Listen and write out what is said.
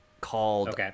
Called